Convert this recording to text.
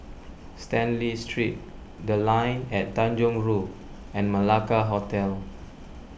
Stanley Street the Line At Tanjong Rhu and Malacca Hotel